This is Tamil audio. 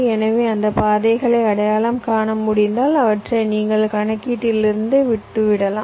எனவே அந்த பாதைகளை அடையாளம் காண முடிந்தால் அவற்றை எங்கள் கணக்கீட்டிலிருந்து விட்டுவிடலாம்